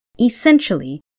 Essentially